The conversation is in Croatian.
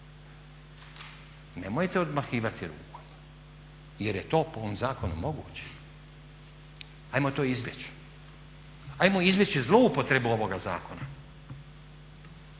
Nemojte odmahivati rukom jer je to po ovom zakonu moguće. Ajmo to izbjeći, ajmo izbjeći zloupotrebu ovoga zakona.